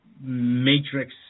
matrix